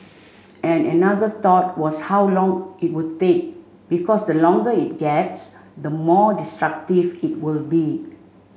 and another thought was how long it would take because the longer it gets the more destructive it will be